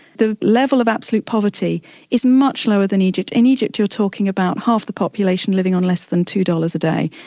the level of absolute poverty is much lower than egypt. in egypt you're talking about half the population living on less than two dollars a day.